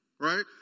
Right